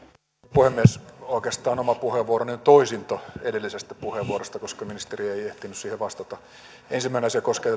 puhemies oikeastaan oma puheenvuoroni on toisinto edellisestä puheenvuorosta koska ministeri ei ehtinyt siihen vastata ensimmäinen asia koskee